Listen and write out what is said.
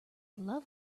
love